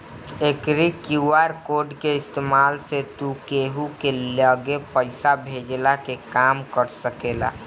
एकरी QR code के इस्तेमाल से तू केहू के लगे पईसा भेजला के काम कर सकेला